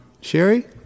Sherry